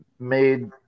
Made